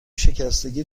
شکستگی